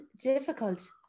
difficult